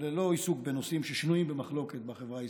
ללא עיסוק בנושאים ששנויים במחלוקת בחברה הישראלית.